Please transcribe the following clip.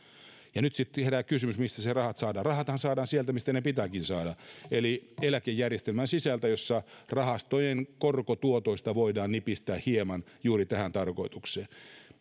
nyt sitten herää kysymys mistä ne rahat saadaan rahathan saadaan sieltä mistä ne pitääkin saada eli eläkejärjestelmän sisältä jossa rahastojen korkotuotoista voidaan nipistää hieman juuri tähän tarkoitukseen